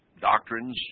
doctrines